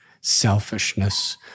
selfishness